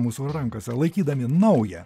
mūsų rankose laikydami naują